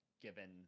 given